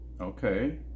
Okay